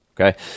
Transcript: Okay